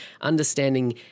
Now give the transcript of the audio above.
understanding